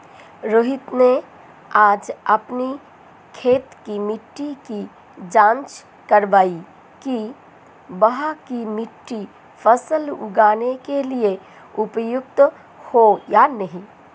रोहित ने आज अपनी खेत की मिट्टी की जाँच कारवाई कि वहाँ की मिट्टी फसल उगाने के लिए उपयुक्त है या नहीं